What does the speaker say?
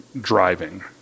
driving